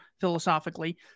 philosophically